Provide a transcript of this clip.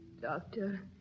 Doctor